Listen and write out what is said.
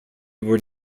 were